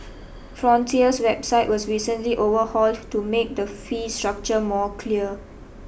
frontier's website was recently overhauled to make the fee structure more clear